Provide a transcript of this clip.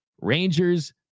Rangers